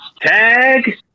tag